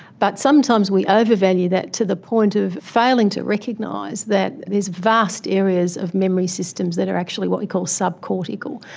but sometimes we ah overvalue that to the point of failing to recognise that there is vast areas of memory systems that are actually what we call subcortical.